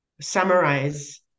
summarize